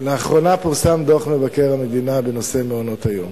לאחרונה פורסם דוח מבקר המדינה בנושא מעונות-היום.